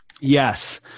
Yes